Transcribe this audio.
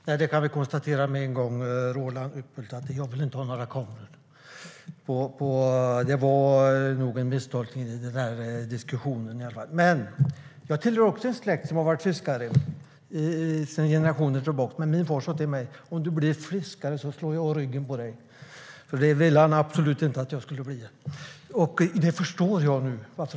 Herr talman! Vi kan konstatera på en gång, Roland Utbult, att jag inte vill ha några kameror. Det var nog en misstolkning av artikeln. Jag tillhör också en släkt som har varit fiskare sedan generationer tillbaka. Men min far sa till mig: Om du blir fiskare slår jag av dig ryggen. Det ville han absolut inte att jag skulle bli, och det förstår jag nu.